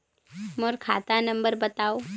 मोर खाता नम्बर बताव?